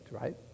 right